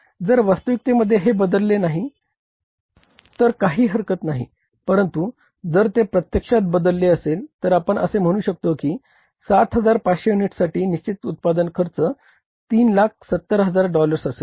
जर वास्तविकतेमध्ये हे बदलले नाही तर काही हरकत नाही परंतु जर ते प्रत्यक्षात बदलले असेल तर आपण असे म्हणू शकतो की 7500 युनिट्ससाठी निश्चित उत्पादन खर्च 370000 डॉलर्स असेल